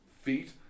feet